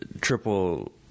triple